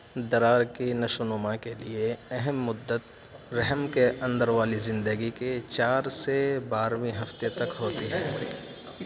درار کی نشوونما کے لیے اہم مدت رحم کے اندر والی زندگی کے چار سے بارہویں ہفتے تک ہوتی ہے